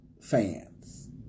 fans